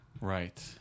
Right